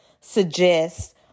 suggest